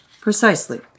precisely